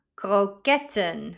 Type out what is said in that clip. kroketten